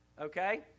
Okay